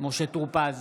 משה טור פז,